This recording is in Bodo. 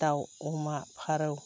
दाउ अमा फारौ